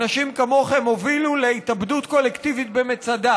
אנשים כמוכם הובילו להתאבדות קולקטיבית במצדה.